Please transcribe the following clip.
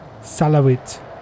Salawit